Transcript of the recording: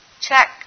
check